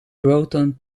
proton